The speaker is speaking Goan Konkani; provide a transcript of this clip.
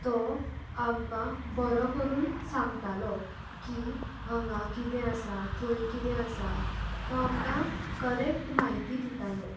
तो आमकां बरो करून सांगतालो की हांगा कितें आसा थंय कितें आसा तो आमकां करॅक्ट म्हायती दितालो